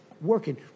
working